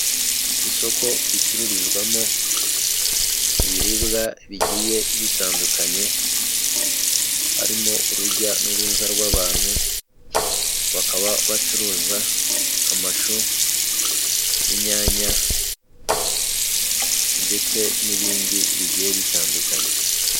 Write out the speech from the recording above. Isoko ricururizwamo ibiribwa bigiye bitandukanye harimo, urujya n'uruza rw'abantu bakaba bacuruza amashu, inyanya ndetse n'ibindi bigiye bitandukanye